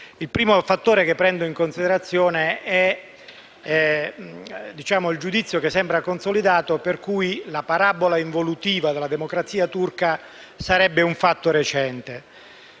Il primo fattore che prendo in considerazione è il giudizio, che sembra consolidato, per cui la parabola involutiva della democrazia turca sarebbe un fatto recente.